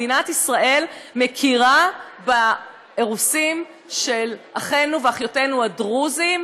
מדינת ישראל מכירה באירוסין של אחינו ואחיותינו הדרוזים,